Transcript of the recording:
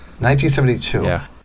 1972